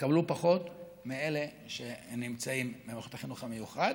יהיה פחות מלאלה שנמצאים במערכת החינוך המיוחד.